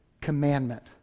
commandment